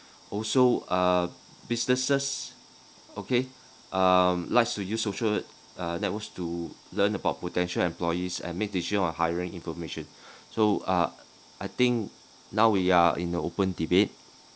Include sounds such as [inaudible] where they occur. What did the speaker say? [breath] also uh businesses okay uh likes to use social uh networks to learn about potential employees and make decisions on hiring information [breath] so uh I think now we are in a open debate